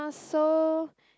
so